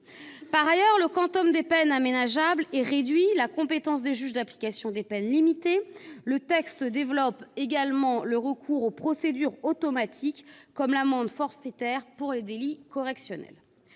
Par ailleurs, le quantum de peines aménageables est réduit, la compétence des juges de l'application des peines, limitée. Le texte développe également le recours aux procédures automatiques comme l'amende forfaitaire pour les délits correctionnels.